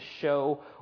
show